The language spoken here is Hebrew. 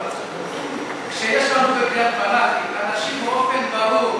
כשיש לנו בקריית-מלאכי אנשים שבאופן ברור,